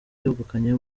yungukiye